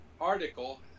article